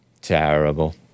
Terrible